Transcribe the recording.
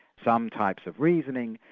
some types of reasoning,